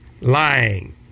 lying